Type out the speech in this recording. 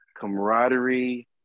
camaraderie